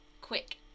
quick